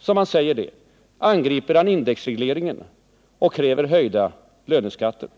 som han säger det angriper han indexregleringen och kräver höjda löneskatter.